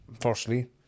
Firstly